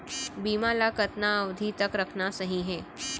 बीमा ल कतना अवधि तक रखना सही हे?